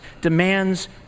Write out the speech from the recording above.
demands